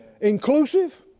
inclusive